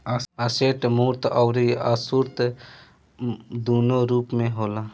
asset मूर्त अउरी अमूर्त दूनो रूप में होला